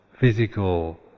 physical